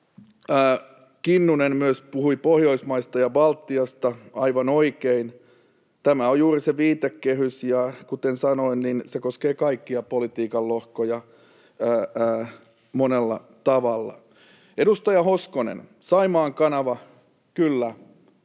Kinnunen myös puhui aivan oikein Pohjoismaista ja Baltiasta. Tämä on juuri se viitekehys, ja kuten sanoin, se koskee kaikkia politiikan lohkoja monella tavalla. Edustaja Hoskonen, Saimaan kanava. Kyllä,